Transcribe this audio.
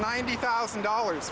ninety thousand dollars